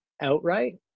outright